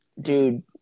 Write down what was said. Dude